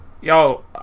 Yo